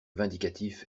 vindicatif